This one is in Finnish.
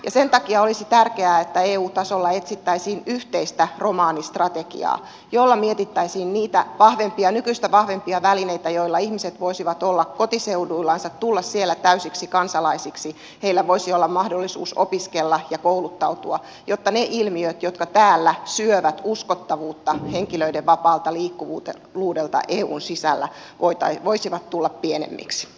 sen takia olisi tärkeää että eu tasolla etsittäisiin yhteistä romanistrategiaa jolla mietittäisiin niitä nykyistä vahvempia välineitä joilla ihmiset voisivat olla kotiseuduillansa tulla siellä täysiksi kansalaisiksi heillä voisi olla mahdollisuus opiskella ja kouluttautua jotta ne ilmiöt jotka täällä syövät uskottavuutta henkilöiden vapaalta liikkuvuudelta eun sisällä voisivat tulla pienemmiksi